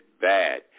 bad